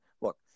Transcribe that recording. Look